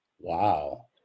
Wow